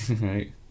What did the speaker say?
Right